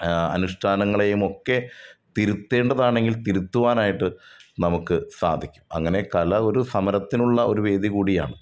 അനുഷ്ഠാനങ്ങളേയും ഒക്കെ തിരുത്തേണ്ടതാണെങ്കിൽ തിരുത്തുവാനായിട്ട് നമുക്ക് സാധിക്കും അങ്ങനെ കല ഒരു സമരത്തിനുള്ള ഒരു വേദി കൂടിയാണ്